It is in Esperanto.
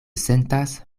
sentas